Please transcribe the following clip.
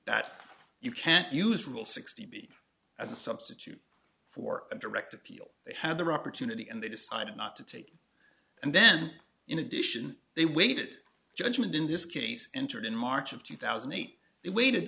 that you can't use rule sixty as a substitute for a direct appeal they had their opportunity and they decided not to take it and then in addition they waited judgment in this case entered in march of two thousand and eight it waited